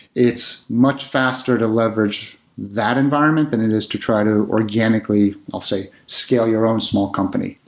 it's much faster to leverage that environment than it is to try to organically, i'll say, scale your own small company?